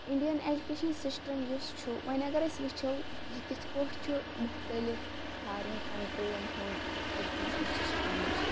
Indian education system یُس چھُ وۄنۍ اَگَر أسۍ وٕچھَو یہِ کِتھ پٲٹھۍ چھُ مُختلِف فارین کَنٹریَن ہٕنٛز ایٚجُکیشَن سِسٹَم نِش